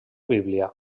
bíblia